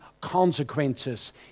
consequences